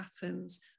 patterns